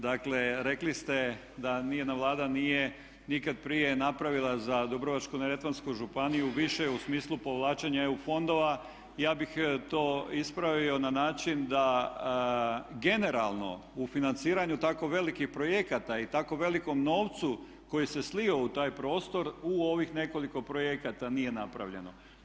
Dakle rekli ste da ni jedna Vlada nije nikad prije napravila za Dubrovačko-neretvansku županiju više u smislu povlačenja EU fondova ja bih to ispravio na način da generalno u financiranju tako velikih projekata i tako velikom novcu koji se slio u taj prostor u ovih nekoliko projekata nije napravljeno.